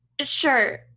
Sure